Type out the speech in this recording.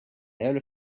yellow